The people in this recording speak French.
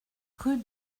rue